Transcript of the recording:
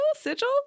Sigil